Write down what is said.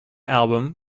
album